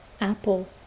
apple